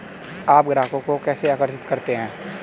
आप ग्राहकों को कैसे आकर्षित करते हैं?